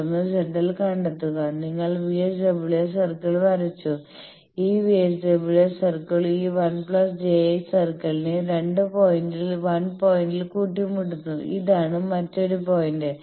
തുടർന്ന് ZL കണ്ടെത്തി നിങ്ങൾ VSWR സർക്കിൾ വരച്ചു ഈ VSWR സർക്കിൾ ഈ 1 j X സർക്കിളിനെ 2 പോയിന്റിൽ 1 പോയിന്റിൽ കുട്ടിമുട്ടുന്നു ഇതാണ് മറ്റൊരു പോയിന്റ്